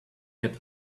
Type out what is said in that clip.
get